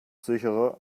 sicherer